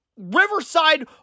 Riverside